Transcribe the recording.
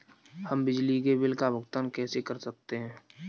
हम बिजली के बिल का भुगतान कैसे कर सकते हैं?